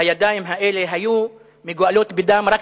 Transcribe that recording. הידיים האלה היו מגואלות רק בדם של